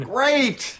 Great